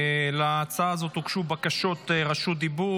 להצעה הזו הוגשו בקשות רשות דיבור.